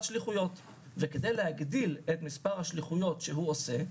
שליחויות וכדי להגדיל את מספר השליחויות שהוא עושה,